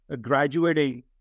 graduating